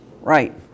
Right